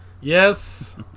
Yes